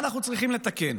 עכשיו, צריך להבין,